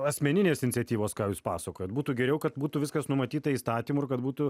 asmeninės iniciatyvos ką jūs pasakojot būtų geriau kad būtų viskas numatyta įstatymu ir kad būtų